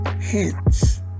hints